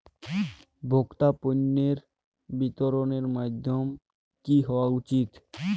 ভোক্তা পণ্যের বিতরণের মাধ্যম কী হওয়া উচিৎ?